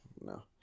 no